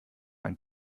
ein